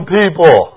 people